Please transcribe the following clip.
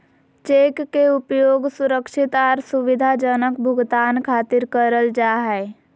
cheque के उपयोग सुरक्षित आर सुविधाजनक भुगतान खातिर करल जा हय